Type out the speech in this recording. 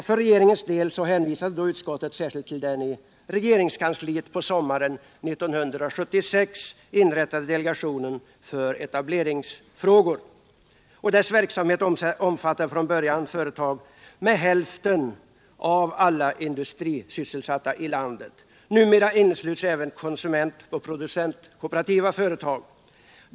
För regeringens del hänvisade utskottet särskilt till den i regeringskansliet på sommaren 1976 inrättade delegationen för etableringsfrågor. Dess verksamhet omfattade från början företag med hälften av alla industrisysselsatta i landet. Numera innesluts även konsumentoch producentkooperativa företag.